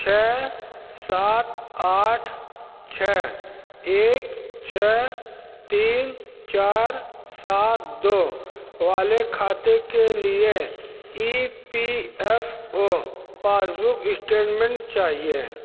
छः सात आठ छः एक छः तीन चार सात दो वाले खाते के लिए E P F O passbook statement चाहिए